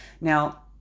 Now